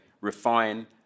refine